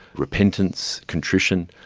repentance, contrition,